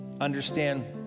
understand